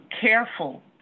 careful